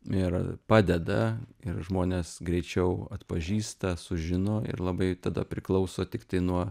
ir padeda ir žmonės greičiau atpažįsta sužino ir labai tada priklauso tiktai nuo